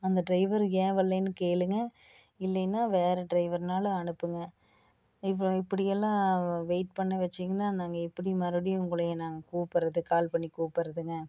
அந்த ட்ரைவர் ஏன் வர்லைன்னு கேளுங்க இல்லைன்னா வேறு ட்ரைவர்னாலும் அனுப்புங்க இப்போது இப்படியெல்லாம் வெயிட் பண்ண வச்சுங்கன்னா நாங்கள் எப்படி மறுபடியும் உங்களை நாங்கள் கூப்பிட்றது கால் பண்ணி கூப்பிட்றதுங்க